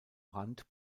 rand